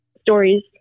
stories